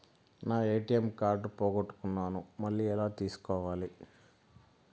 నా ATM card పోగొట్టుకున్నాను, మళ్ళీ ఎలా తీసుకోవాలి?